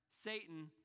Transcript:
Satan